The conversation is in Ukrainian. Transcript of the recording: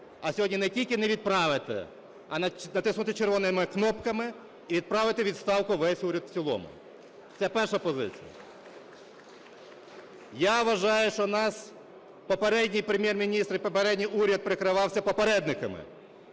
а сьогодні не тільки не відправити, а натиснути червоними кнопками і відправити у відставку весь уряд в цілому. Це перша позиція. Я вважаю, що в нас попередній Прем’єр-міністр і попередній уряд прикривався попередниками,